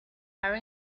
are